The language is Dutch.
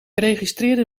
registreerde